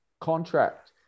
contract